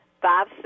five